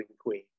Queen